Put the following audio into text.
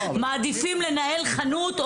ומעדיפים לנהל חנות,